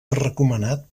recomanat